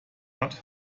hat